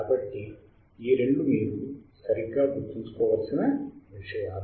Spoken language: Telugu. కాబట్టి ఈ రెండు మీరు సరిగ్గా గుర్తుంచుకోవలసిన విషయాలు